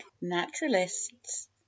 naturalists